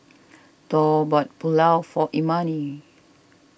Thor bought Pulao for Imani